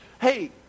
hey